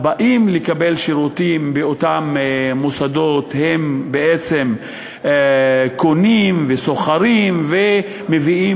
והבאים לקבל שירותים באותם מוסדות הם בעצם קונים וסוחרים ומביאים